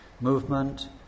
movement